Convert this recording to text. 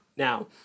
Now